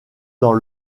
dans